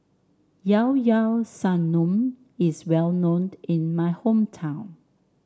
Llao Llao Sanum is well known in my hometown